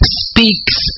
speaks